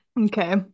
Okay